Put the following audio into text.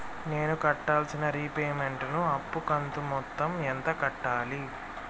నేను కట్టాల్సిన రీపేమెంట్ ను అప్పు కంతు మొత్తం ఎంత కట్టాలి?